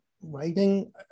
writing